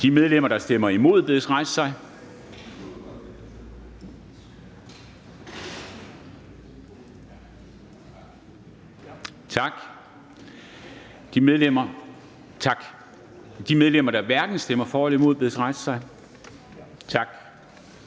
De medlemmer, der stemmer hverken for eller imod, bedes rejse sig.